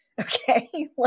okay